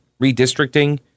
redistricting